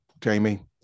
Jamie